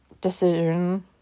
decision